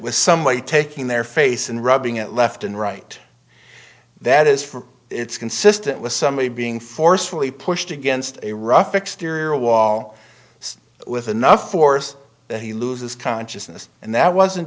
with somebody taking their face and rubbing it left and right that is for it's consistent with somebody being forcefully pushed against a rough exterior wall with enough force that he loses consciousness and that wasn't